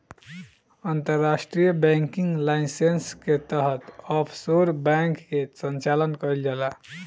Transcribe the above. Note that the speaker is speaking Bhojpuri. अंतर्राष्ट्रीय बैंकिंग लाइसेंस के तहत ऑफशोर बैंक के संचालन कईल जाला